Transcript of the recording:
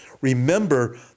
Remember